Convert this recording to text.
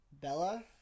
Bella